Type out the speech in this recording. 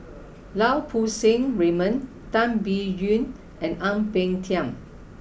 Lau Poo Seng Raymond Tan Biyun and Ang Peng Tiam